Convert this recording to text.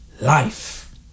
life